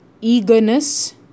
eagerness